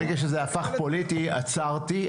ברגע שזה הפך פוליטי אני עצרתי.